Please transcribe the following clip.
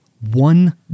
one